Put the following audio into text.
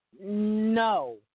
No